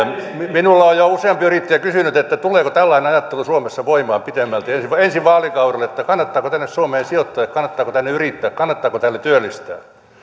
minulta on jo useampi yrittäjä kysynyt tuleeko tällainen ajattelu suomessa voimaan pitemmälti ensi ensi vaalikaudella kannattaako tänne suomeen sijoittaa ja kannattaako täällä yrittää kannattaako täällä työllistää